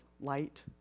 light